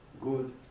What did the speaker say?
good